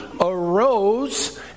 arose